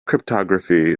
cryptography